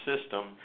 system